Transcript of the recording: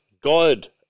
God